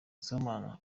sibomana